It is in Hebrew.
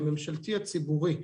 הממשלתי הציבורי.